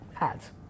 ads